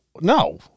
no